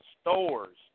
stores